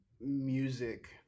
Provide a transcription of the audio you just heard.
music